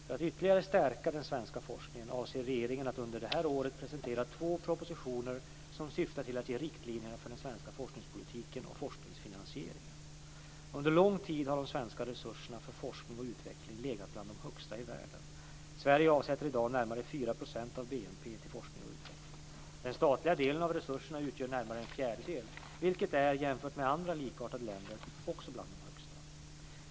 För att ytterligare stärka den svenska forskningen avser regeringen att under detta år presentera två propositioner som syftar till att ge riktlinjerna för den svenska forskningspolitiken och forskningsfinansieringen. Under lång tid har de svenska resurserna för forskning och utveckling legat bland de högsta i världen. Sverige avsätter i dag närmare 4 % av BNP till forskning och utveckling. Den statliga delen av resurserna utgör närmare en fjärdedel vilket är, jämfört med andra likartade länder, också bland det högsta.